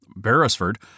Beresford